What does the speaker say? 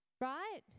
right